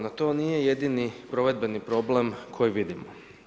No to nije jedini provedbeni problem koji vidimo.